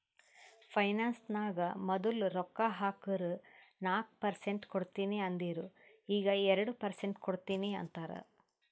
finance ನಾಗ್ ಮದುಲ್ ರೊಕ್ಕಾ ಹಾಕುರ್ ನಾಕ್ ಪರ್ಸೆಂಟ್ ಕೊಡ್ತೀನಿ ಅಂದಿರು ಈಗ್ ಎರಡು ಪರ್ಸೆಂಟ್ ಕೊಡ್ತೀನಿ ಅಂತಾರ್